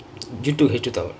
you took H two tamil